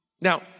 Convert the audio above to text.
Now